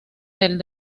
del